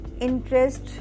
interest